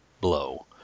blow